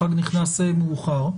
החג נכנס מאוחר,